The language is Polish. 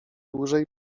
dłużej